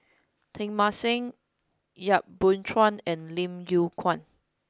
Teng Mah Seng Yap Boon Chuan and Lim Yew Kuan